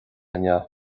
inniu